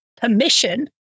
permission